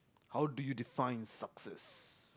how do you define success